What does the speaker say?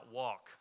walk